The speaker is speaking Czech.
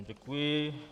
Děkuji.